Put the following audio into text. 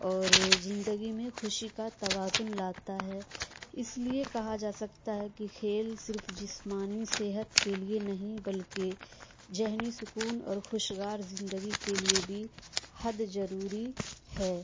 اور زندگی میں خوشی کا توازن لاتا ہے اس لیے کہا جا سکتا ہے کہ کھیل صرف جسمانی صحت کے لیے نہیں بلکہ ذہنی سکون اور خوشگوار زندگی کے لیے بھی حد ضروری ہے